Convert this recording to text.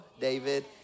David